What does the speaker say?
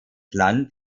land